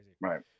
Right